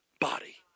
body